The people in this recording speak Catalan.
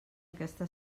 aquesta